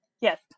Yes